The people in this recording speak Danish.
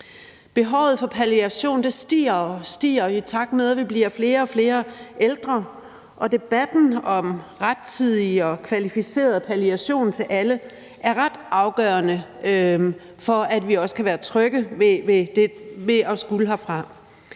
Behovet for palliation stiger og stiger, i takt med at vi bliver flere og flere ældre, og debatten om rettidig og kvalificeret palliation til alle er ret afgørende for, at vi også kan være trygge ved at skulle herfra.